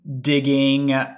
digging